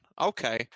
Okay